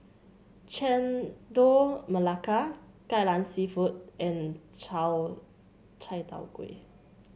Chendol Melaka Kai Lan seafood and Chai Tow Kuay